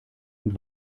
und